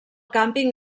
càmping